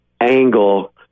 Angle